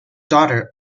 daughter